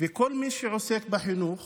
כל מי שעוסק בחינוך